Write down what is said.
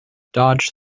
dodged